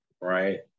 Right